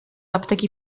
apteki